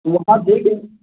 وہاں دیکھیں